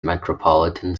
metropolitan